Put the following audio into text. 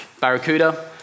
barracuda